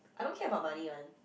I don't care about money [one]